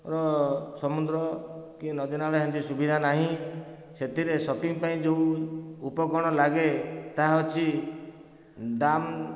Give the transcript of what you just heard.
ର ସମୁଦ୍ର କି ନଦୀ ନାଳ ହେଲେ ସୁବିଧା ନାହିଁ ସେଥିରେ ସିପିଙ୍ଗ ପାଇଁ ଯେଉଁ ଉପକରଣ ଲାଗେ ତାହା ହେଉଛି ଦାମ